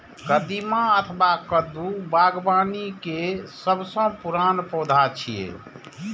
कदीमा अथवा कद्दू बागबानी के सबसं पुरान पौधा छियै